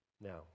Now